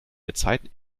gezeiten